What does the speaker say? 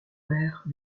maires